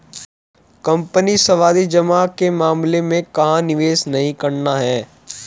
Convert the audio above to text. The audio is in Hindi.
कंपनी सावधि जमा के मामले में कहाँ निवेश नहीं करना है?